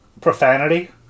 Profanity